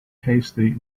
hasty